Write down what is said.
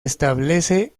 establece